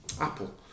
apple